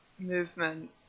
movement